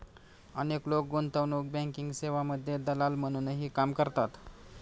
अनेक लोक गुंतवणूक बँकिंग सेवांमध्ये दलाल म्हणूनही काम करतात